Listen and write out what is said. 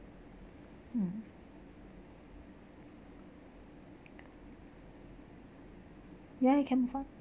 mm ya you can